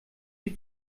die